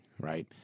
right